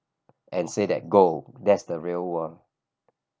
and say that go that's the real world